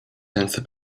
ręce